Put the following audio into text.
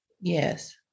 Yes